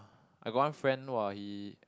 I got one friend !wah! he